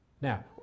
Now